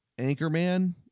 Anchorman